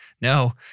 No